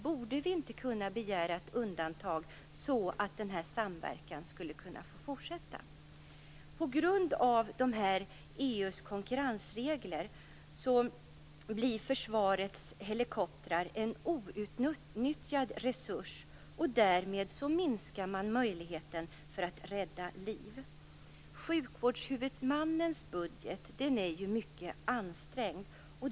Borde vi inte kunna begära ett undantag så att denna samverkan skulle kunna få fortsätta? På grund av EU:s konkurrensregler blir försvarets helikoptrar en outnyttjad resurs. Därmed minskas möjligheten att rädda liv. Sjukvårdshuvudmännens budget är ju mycket ansträngd.